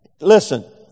Listen